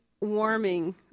warming